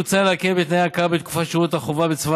מוצע להקל בתנאי ההכרה בתקופת שירות החובה בצבא